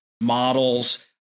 models